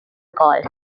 calls